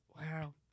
wow